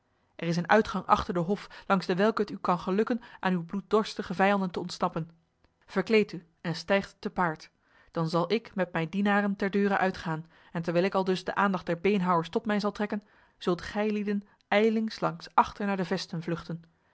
er is een uitgang achter de hof langs dewelke het u kan gelukken aan uw bloeddorstige vijanden te ontsnappen verkleedt u en stijgt te paard dan zal ik met mijn dienaren ter deure uitgaan en terwijl ik aldus de aandacht der beenhouwers tot mij zal trekken zult gijlieden ijlings langs achter naar de vesten vluchten